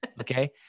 okay